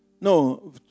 No